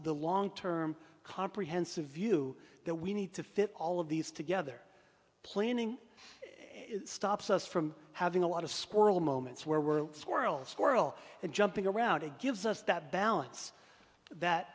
the long term comprehensive view that we need to fit all of these together planning it stops us from having a lot of sporle moments where we're squirrel squirrel and jumping around it gives us that balance that